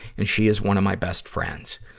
and she is one of my best friends.